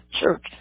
church